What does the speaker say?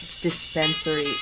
dispensary